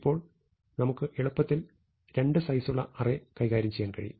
ഇപ്പോൾ നമുക്ക് എളുപ്പത്തിൽ രണ്ട് സൈസുളള അറേ കൈകാര്യം ചെയ്യാൻ കഴിയും